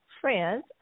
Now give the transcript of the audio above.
Friends